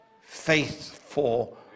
faithful